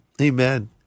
Amen